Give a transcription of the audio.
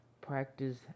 practice